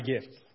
gifts